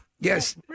yes